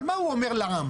אבל מה הוא אומר לעם?